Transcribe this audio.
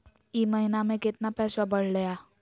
ई महीना मे कतना पैसवा बढ़लेया?